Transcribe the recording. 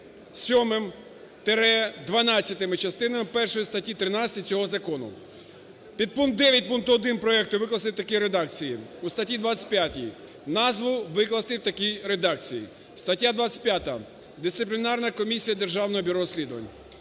7-12 частини першої статті 13 цього закону". Підпункт 9 пункту 1 проекту викласти в такій редакції. У статті 25 назву викласти в такій редакції: "Стаття 25. Дисциплінарна комісія Державного бюро розслідувань".